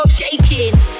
shaking